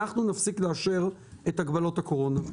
אנחנו נפסיק לאשר את הגבלות הקורונה.